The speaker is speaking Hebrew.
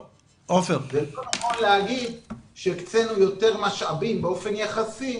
זה לא נכון לומר שהקצינו יותר משאבים באופן יחסי